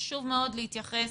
חשוב מאוד להתייחס